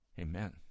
Amen